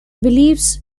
beliefs